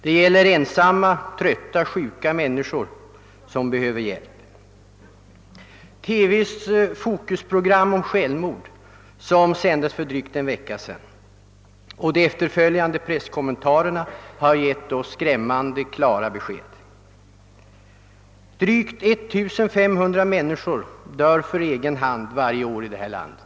Det gäller ensamma, trötta och sjuka människor som behöver hjälp. TV:s Focusprogram om självmord, som sändes för drygt en vecka sedan, och de efterföljande presskommentarerna har givit oss skrämmande klara besked. Drygt 1500 människor dör för egen hand varje år i vårt land.